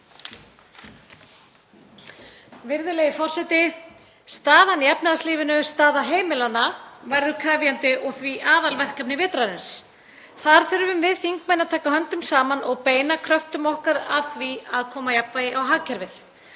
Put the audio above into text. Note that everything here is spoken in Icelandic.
Virðulegi forseti. Staðan í efnahagslífinu, staða heimilanna, verður krefjandi og því aðalverkefni vetrarins. Þar þurfum við þingmenn að taka höndum saman og beina kröftum okkar að því að koma jafnvægi á hagkerfið.